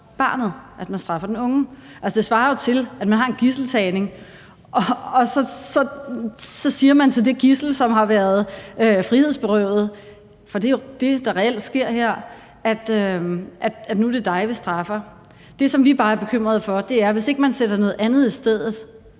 barnet, at man straffer den unge. Det svarer jo til, at man har en gidseltagning, og så siger man til det gidsel, som har været frihedsberøvet, og det er reelt det, der sker her: Det er dig, vi straffer nu. Det, vi bare spørger til, er: Hvis man ikke sætter noget andet i stedet,